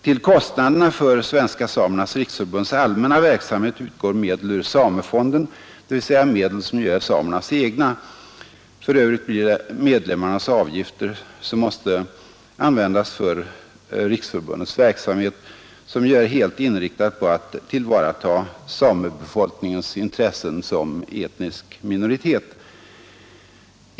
Till kostnaderna för Svenska samernas riksförbunds allmänna verksamhet utgår medel ur samefonden, dvs. medel som är samernas egna. För övrigt blir det medlemsavgifterna som får användas för riksförbundets verksamhet, som ju är helt inriktad på att tillvarata samebefolkningens intressen som etnisk minoritet.